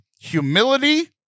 humility